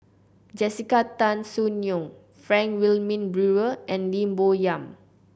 Jessica Tan Soon Neo Frank Wilmin Brewer and Lim Bo Yam